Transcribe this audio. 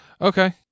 Okay